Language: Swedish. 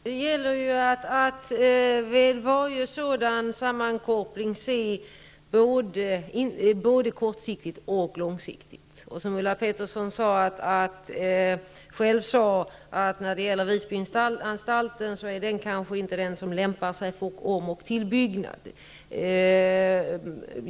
Herr talman! Det gäller att vid varje sådan sammankoppling se både kortsiktigt och långsiktigt. Som Ulla Pettersson själv sade är Visbyanstalten kanske inte den som lämpar sig för om och tillbyggnad.